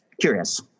Curious